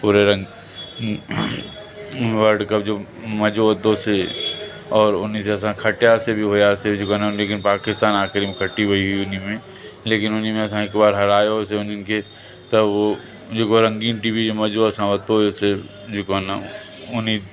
पूरे रंग world cup जो मज़ो वरितोसीं और उन से असां खटियासीं बि हुयासीं जेको आहे न लेकिन पाकिस्तान आख़िरी में खटी वई हुई उन्हीअ में लेकिन उन्हीअ में असां हिक बार हरायोसीं उन्हनि खे त उहो जेको रंगीन टी वी में मज़ो असां वरितो हुयोसीं जेको आहे न उन्हीअ